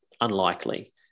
Unlikely